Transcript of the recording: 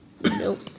Nope